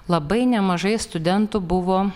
labai nemažai studentų buvo